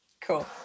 Cool